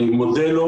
אני מודה לו